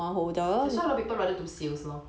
that's why a lot people rather do sales lor